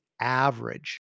average